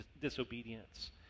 disobedience